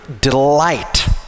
delight